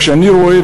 כשאני רואה,